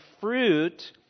fruit